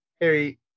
Harry